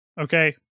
Okay